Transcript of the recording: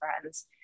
friends